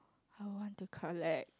I want to collect